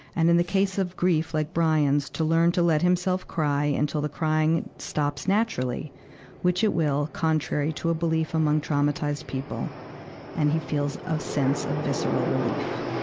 and in the case of grief, like brian's, to learn to let himself cry until the crying stops naturally which it will, contrary to a belief among traumatized people and he feels a sense of visceral relief.